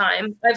time